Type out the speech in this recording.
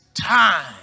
time